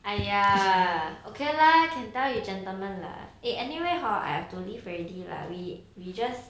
!aiya! okay lah can tell you gentlemen lah eh anyway hor I have to leave already leh we we just